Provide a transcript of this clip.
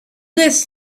this